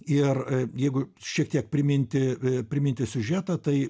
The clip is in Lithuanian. ir jeigu šiek tiek priminti priminti siužetą tai